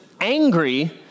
angry